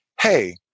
hey